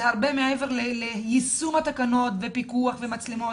זה הרבה מעבר ליישום התקנות ופיקוח ומצלמות.